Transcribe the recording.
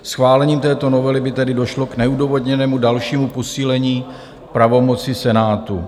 Schválením této novely by tedy došlo k neodůvodněnému dalšímu posílení pravomoci Senátu.